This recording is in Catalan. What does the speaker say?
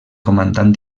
comandant